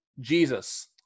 Jesus